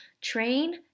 train